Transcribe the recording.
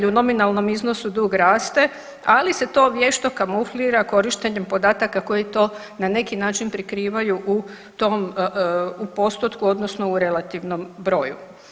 U nominalnom iznosu dug raste, ali se to vješto kamuflira korištenjem podataka koji to na neki način prikrivaju u postotku, odnosno u relativnom broju.